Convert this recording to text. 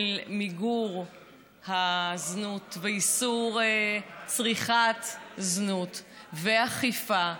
מיגור הזנות ואיסור צריכת זנות ואכיפה ומודעות,